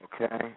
okay